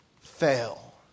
fail